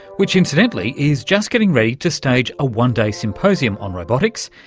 which incidentally is just getting ready to stage a one-day symposium on robotics,